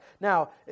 Now